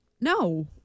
No